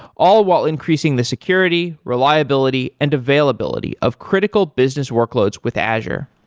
all while increasing the security, reliability and availability of critical business workloads with azure.